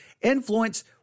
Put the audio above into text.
influence